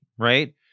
Right